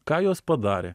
ką jos padarė